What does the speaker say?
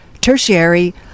tertiary